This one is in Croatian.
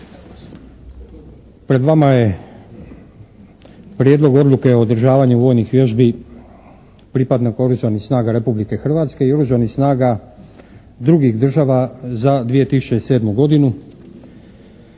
pred vama je prijedlog odluke o održavanju vojnih vježbi pripadnika Oružanih snaga Republike Hrvatske i oružanih snaga drugih država za 2007. godinu.